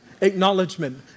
acknowledgement